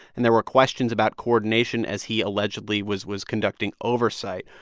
and there were questions about coordination as he allegedly was was conducting oversight.